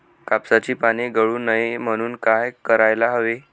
कापसाची पाने गळू नये म्हणून काय करायला हवे?